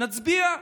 נצביע,